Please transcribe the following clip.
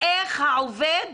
איך העובד